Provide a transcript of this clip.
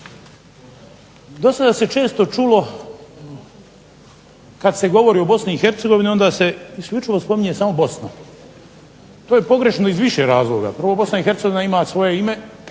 Do sada se često čulo kad se govori o Bosni i Hercegovini onda se isključivo spominje samo Bosna. To je pogrešno iz više razloga. Prvo Bosna i